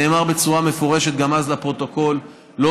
נאמר בצורה מפורשת גם אז לפרוטוקול: לא